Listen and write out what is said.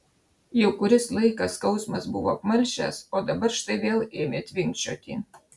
jau kuris laikas skausmas buvo apmalšęs o dabar štai vėl ėmė tvinkčioti